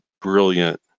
brilliant